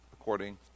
according